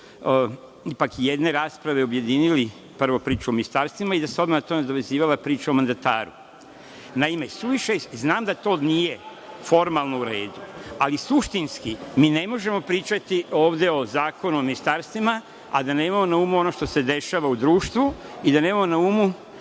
unutar jedne rasprave objedinili priču o ministarstvima i da se odmah o tome nadovezivala priča o mandataru. Naime, znam da to nije formalno u redu, ali suštinski mi ne možemo pričati ovde o Zakonu o ministarstvima, a da nemamo na umu ono što se dešava u društvu i da nemamo na umu